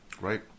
Right